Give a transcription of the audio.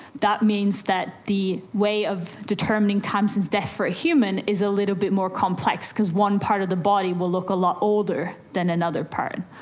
that means that the way of determining times of death for a human is a little bit more complex because one part of the body will look a lot older than another part.